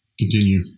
Continue